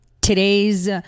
today's